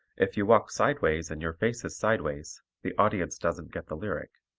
if you walk sideways and your face is sideways, the audience doesn't get the lyric.